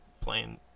Playing